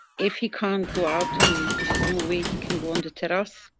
if he can't go out and there is no way he can go on the terrace.